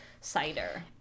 cider